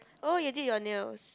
oh you did your nails